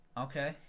Okay